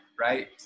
Right